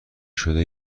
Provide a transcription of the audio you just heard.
شده